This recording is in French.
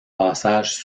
passage